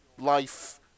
life